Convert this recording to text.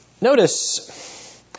notice